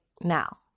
now